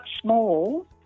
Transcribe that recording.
small